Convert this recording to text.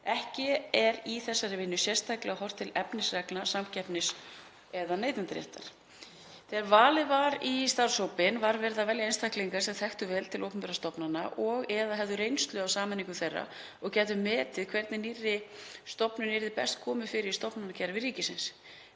Ekki er í þessari vinnu sérstaklega horft til efnisreglna samkeppnis- eða neytendaréttar. Þegar valið var í starfshópinn var verið að velja einstaklinga sem þekktu vel til opinberra stofnana og/eða höfðu reynslu af sameiningu þeirra og gætu metið hvernig nýrri stofnun yrði best komið fyrir í stofnanakerfi ríkisins.